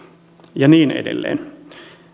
ja niin edelleen